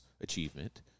achievement